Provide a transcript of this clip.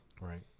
Right